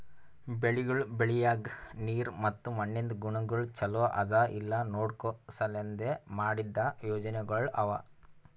ಬೆಳಿಗೊಳ್ ಬೆಳಿಯಾಗ್ ನೀರ್ ಮತ್ತ ಮಣ್ಣಿಂದ್ ಗುಣಗೊಳ್ ಛಲೋ ಅದಾ ಇಲ್ಲಾ ನೋಡ್ಕೋ ಸಲೆಂದ್ ಮಾಡಿದ್ದ ಯೋಜನೆಗೊಳ್ ಅವಾ